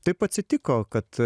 taip atsitiko kad